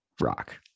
rock